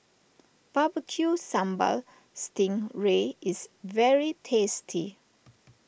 Barbecue Sambal Sting Ray is very tasty